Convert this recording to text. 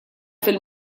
fil